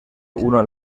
uno